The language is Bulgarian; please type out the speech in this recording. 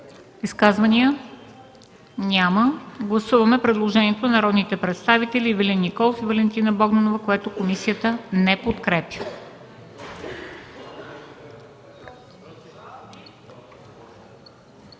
Изказвания? Няма. Гласуваме предложението на народните представители Ивелин Николов и Валентина Богданова, което комисията не подкрепя.